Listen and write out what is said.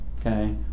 Okay